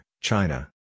China